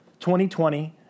2020